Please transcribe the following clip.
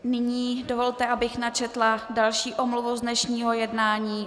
Nyní dovolte, abych načetla další omluvu z dnešního jednání.